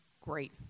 Great